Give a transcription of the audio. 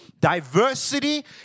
Diversity